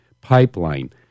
pipeline